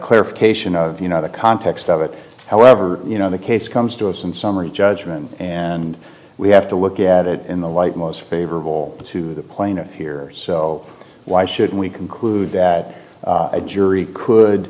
clarification of you know the context of it however you know the case comes to us in summary judgment and we have to look at it in the light most favorable to the plain or here so why should we conclude that a jury could